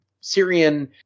Syrian